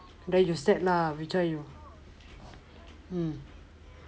then you set lah which one you